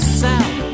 south